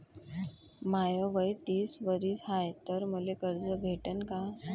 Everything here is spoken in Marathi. माय वय तीस वरीस हाय तर मले कर्ज भेटन का?